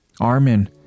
Armin